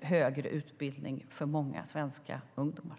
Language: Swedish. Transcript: högre utbildning för många svenska ungdomar.